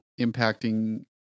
impacting